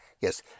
Yes